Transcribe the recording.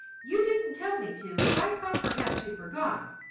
you didn't tell me to, but i thought perhaps you forgot.